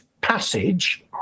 passage